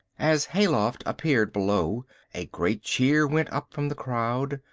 as hayloft appeared below a great cheer went up from the crowd.